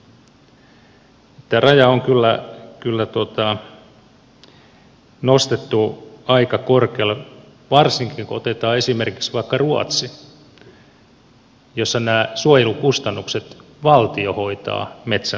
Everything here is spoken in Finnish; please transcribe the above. tämä raja on kyllä nostettu aika korkealle varsinkin kun otetaan esimerkiksi vaikka ruotsi jossa nämä suojelukustannukset valtio hoitaa metsänomistajalle